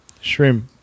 Shrimp